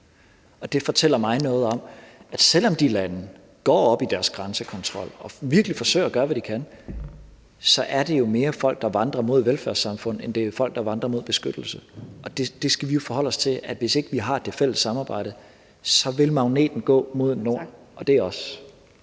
Det fortæller mig noget om, at selv om de lande går op i deres grænsekontrol og virkelig forsøger at gøre, hvad de kan, så er det jo mere folk, der vandrer mod velfærdssamfund, end det er folk, der vandrer mod beskyttelse. Det skal vi jo forholde os til: at hvis ikke vi har det fælles samarbejde, vil magneten gå mod nord, og det er os.